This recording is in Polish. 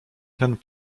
ten